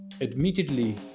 admittedly